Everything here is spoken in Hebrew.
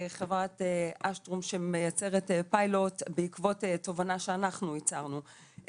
חברת אשטרום שמייצרת פיילוט בעקבות תובנה שאנחנו ייצרנו,